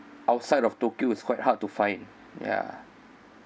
outside of tokyo is quite hard to find ya